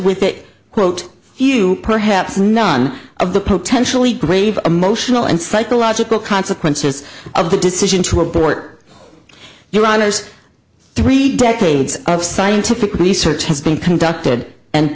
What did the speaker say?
think quote few perhaps none of the potentially grave emotional and psychological consequences of the decision to abort your honour's three decades of scientific research has been conducted and